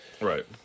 Right